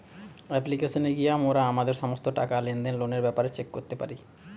অ্যাপ্লিকেশানে গিয়া মোরা আমাদের সমস্ত টাকা, লেনদেন, লোনের ব্যাপারে চেক করতে পারি